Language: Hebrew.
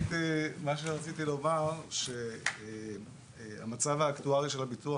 רציתי לומר שהמצב האקטוארי של הביטוח